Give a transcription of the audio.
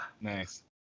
Nice